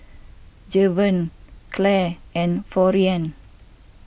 Javen Clair and Florian